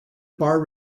bar